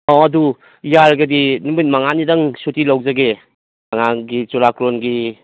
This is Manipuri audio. ꯑꯣ ꯑꯗꯨ ꯌꯥꯔꯒꯗꯤ ꯅꯨꯃꯤꯠ ꯃꯉꯥꯅꯤꯗꯪ ꯁꯨꯇꯤ ꯂꯧꯖꯒꯦ ꯑꯉꯥꯡꯒꯤ ꯆꯨꯔꯥꯂꯣꯔꯣꯟꯒꯤ